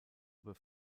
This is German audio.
über